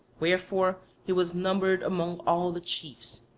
wherefore he was numbered among all the chiefs,